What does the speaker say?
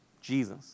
Jesus